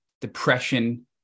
depression